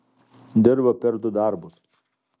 dirba per du darbus